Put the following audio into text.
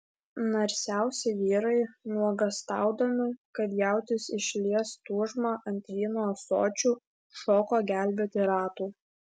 narsiausi vyrai nuogąstaudami kad jautis išlies tūžmą ant vyno ąsočių šoko gelbėti ratų